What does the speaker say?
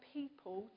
people